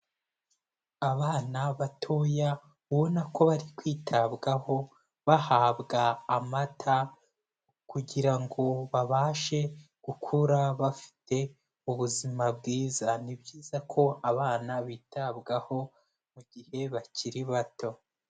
Abana batoya ubona ko bari kwitabwaho bahabwa amata kugira ngo babashe gukura bafite ubuzima bwiza. Ni byiza ko abana bitabwaho mu gihe bakiri bato.